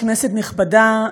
כנסת נכבדה,